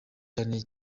cyane